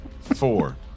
four